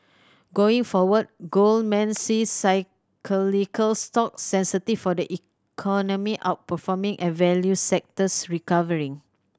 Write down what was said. going forward Goldman sees cyclical stocks sensitive for the economy outperforming and value sectors recovering